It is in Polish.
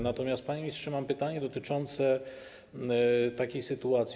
Natomiast, panie ministrze, mam pytanie dotyczące takiej sytuacji.